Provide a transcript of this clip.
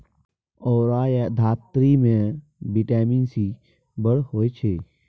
औरा या धातृ मे बिटामिन सी बड़ होइ छै